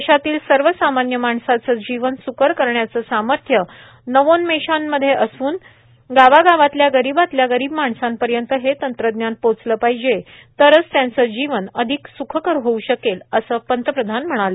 देशातील सर्वसामान्य माणसाचं जीवन सुकर करण्याचं सामर्थ्य नवोन्मेषांमध्ये असुन गावागावातल्या गरीबातल्या गरीब माणसापर्यंत हे तंत्रज्ञान पोचलं पाहिजे तरच त्यांचं जीवन अधिक स्खकर होऊ शकेल असं पंतप्रधान म्हणाले